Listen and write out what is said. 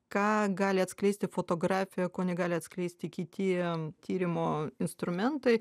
ką gali atskleisti fotografija ko negali atskleisti kiti tyrimo instrumentai